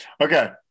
Okay